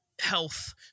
health